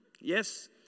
Yes